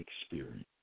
experience